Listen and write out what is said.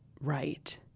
Right